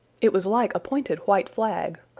it was like a pointed white flag.